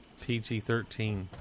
PG-13